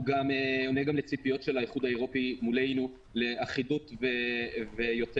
הוא גם עונה לציפיות של האיחוד האירופי מולנו לאחידות ויותר